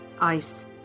Ice